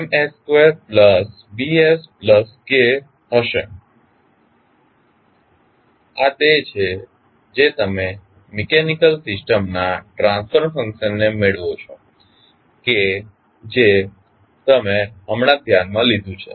આ YF1Ms2BsK હશે આ તે છે જે તમે મિકેનિકલ સિસ્ટમના ટ્રાંસ્ફર ફંકશનને મેળવો છો કે જે તમે હમણાં જ ધ્યાનમાં લીધું છે